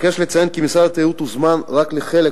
אבקש לציין כי משרד התיירות הוזמן רק לחלק